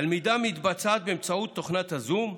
הלמידה מתבצעת באמצעות תוכנת זום,